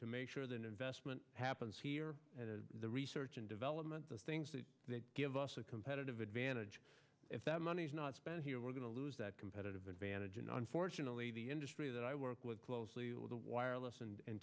to make sure that investment happens here as the research and development the things that give us a competitive advantage if that money is not spent here we're going to lose that competitive advantage and unfortunately the industry that i work with closely with the wireless and